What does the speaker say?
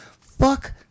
Fuck